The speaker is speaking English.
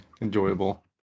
enjoyable